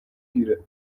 گیره